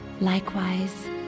Likewise